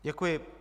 Děkuji.